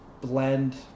blend